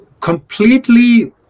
completely